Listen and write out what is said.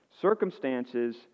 Circumstances